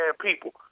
people